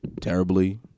terribly